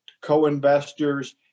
co-investors